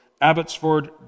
Abbotsford